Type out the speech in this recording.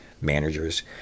managers